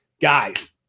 guys